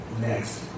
next